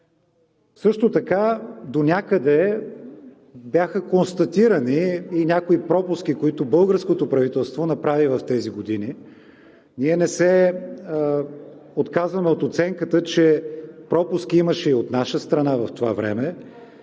Също така донякъде бяха констатирани и някои пропуски, които българското правителство направи в тези години. Ние не се отказваме от оценката, че пропуски имаше и от наша страна в това време.